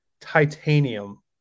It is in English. titanium